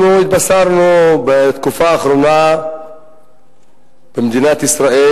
אנחנו נתבשרנו בתקופה האחרונה במדינת ישראל